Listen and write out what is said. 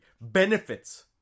benefits